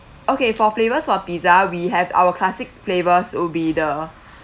okay for flavors for pizza we have our classic flavours would be the